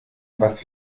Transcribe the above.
was